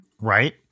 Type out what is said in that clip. Right